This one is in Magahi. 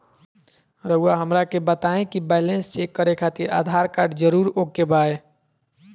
रउआ हमरा के बताए कि बैलेंस चेक खातिर आधार कार्ड जरूर ओके बाय?